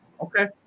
Okay